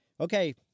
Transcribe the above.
Okay